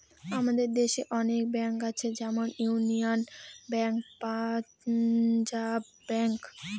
আমাদের দেশে অনেক ব্যাঙ্ক আছে যেমন ইউনিয়ান ব্যাঙ্ক, পাঞ্জাব ব্যাঙ্ক